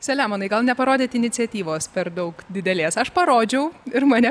selemonai gal neparodėt iniciatyvos per daug didelės aš parodžiau ir mane